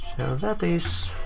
that is